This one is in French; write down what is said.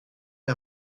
est